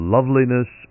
Loveliness